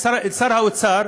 את שר האוצר,